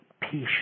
patience